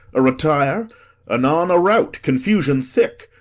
a retire anon a rout, confusion thick.